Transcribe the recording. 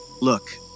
Look